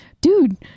dude